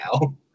now